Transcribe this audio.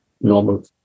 normal